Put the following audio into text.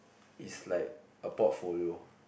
is like a portfolio